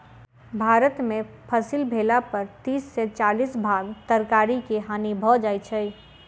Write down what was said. भारत में फसिल भेला पर तीस से चालीस भाग तरकारी के हानि भ जाइ छै